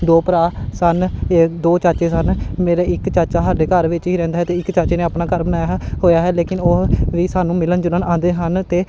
ਦੋ ਭਰਾ ਸਨ ਇਹ ਦੋ ਚਾਚੇ ਸਨ ਮੇਰੇ ਇੱਕ ਚਾਚਾ ਸਾਡੇ ਘਰ ਵਿੱਚ ਹੀ ਰਹਿੰਦਾ ਹੈ ਅਤੇ ਇੱਕ ਚਾਚੇ ਨੇ ਆਪਣਾ ਘਰ ਬਣਾਇਆ ਹੋਇਆ ਹੈ ਲੇਕਿਨ ਉਹ ਵੀ ਸਾਨੂੰ ਮਿਲਣ ਜੁਲਣ ਆਉਂਦੇ ਹਨ ਅਤੇ